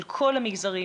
של כל המגזרים,